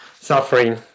suffering